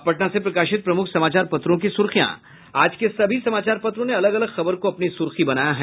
अब पटना से प्रकाशित प्रमुख समाचार पत्रों की सुर्खियां आज के सभी समाचार पत्रों ने अलग अलग खबर को अपनी सुर्खी बनाया है